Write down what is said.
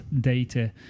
data